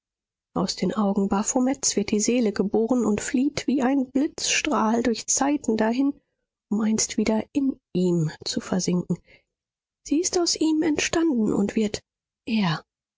aus den augen baphomets wird die seele geboren und flieht wie ein blitzstrahl durch zeiten dahin um einst wieder in ihm zu versinken sie ist aus ihm entstanden und wird er